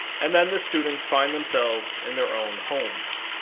and then the students found themselves in their own homes.